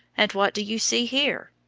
and what do you see here?